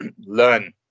learn